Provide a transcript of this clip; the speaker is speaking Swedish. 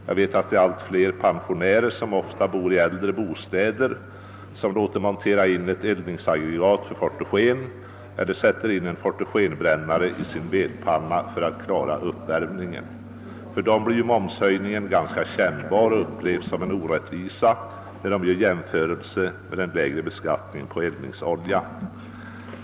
Jag vet att allt fler pensionärer som bor i äldre bostäder låter montera in ett eldningsaggregat för fotogen eller sätter in en fotogenbrännare i sin vedpanna för att klara uppvärmningen. För dem blir momshöjningen ganska kännbar och upplevs som en orättvisa när de jämför med den lägre beskattningen på eldningsolja.